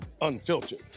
Unfiltered